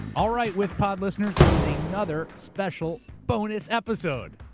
alright, withpod listeners, it is another special, bonus episode.